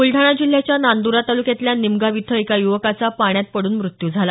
बुलडाणा जिल्ह्याच्या नांद्रा तालुक्यातल्या निमगाव इथं एका युवकाचा पाण्यात पडून मृत्यू झाला